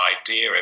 idea